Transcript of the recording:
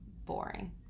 Boring